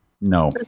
No